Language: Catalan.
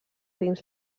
dins